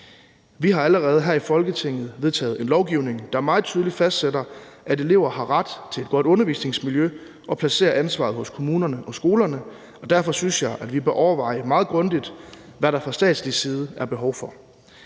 Vi har allerede her i Folketinget vedtaget en lovgivning, der meget tydeligt fastsætter, at eleverne har ret til et godt undervisningsmiljø, og placerer ansvaret hos kommunerne og skolerne, og derfor synes jeg, at vi bør overveje meget grundigt, hvad der fra statslig side er behov for.